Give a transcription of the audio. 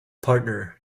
partner